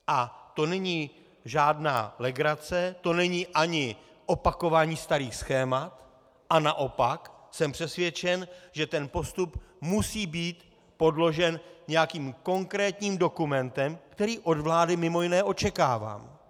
A to není žádná legrace, to není ani opakování starých schémat, a naopak jsem přesvědčen, že ten postup musí být podložen nějakým konkrétním dokumentem, který od vlády mj. očekávám.